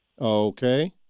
Okay